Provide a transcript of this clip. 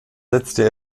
setzte